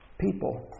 people